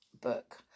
book